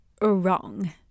Wrong